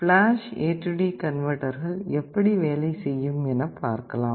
flash AD கன்வெர்ட்டர்கள் எப்படி வேலை செய்யும் என பார்க்கலாம்